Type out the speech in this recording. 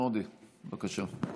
חבר הכנסת איימן עודה, בבקשה.